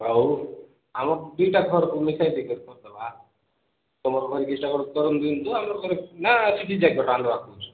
ହଉ ଆମ ଦୁଇଟା ଫର୍ମକୁ ମିଶେଇ ଦେଇକିରି କରିଦବା ତୁମ ଘରେ ଡିଷ୍ଟର୍ବ କରନ୍ତିନି ତ ଆମ ଘରେ ନା ସିଟି ଯାଇକି ଆଣିଦେବା କହୁଛୁ